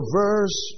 verse